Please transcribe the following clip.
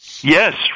yes